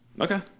Okay